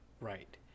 Right